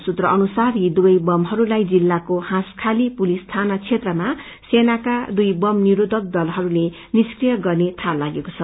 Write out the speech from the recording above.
सूत्र अनुसार यी दुवै वतहरूलाई जिल्लको हाँसखाती पुलिस थाना क्षेत्रमा सेनाका दुई बप निरोधक दलहरूले निस्क्रिय गर्ने थाहा लागेको छ